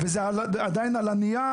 ו-"זה עדיין על הנייר",